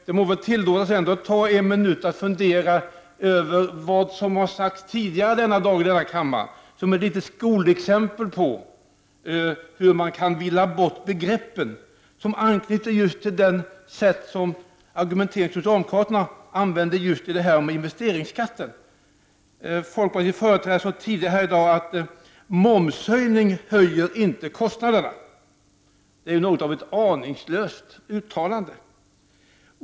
Det må väl tillåtas mig att ta en minut till att fundera över vad som har sagts tidigare i dag i denna kammare som ett litet skolexempel på hur man kan villa bort begreppen. Exemplet anknyter till det sätt att argumentera som socialdemokraterna använder just i fråga om investeringsskatten. Folkpartiets företrädare sade tidigare i dag att momshöjning höjer inte kostnaderna. Det är något av ett aningslöst uttalande.